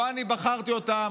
לא אני בחרתי אותם,